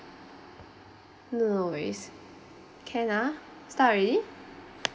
no no worries can ah start already